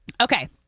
Okay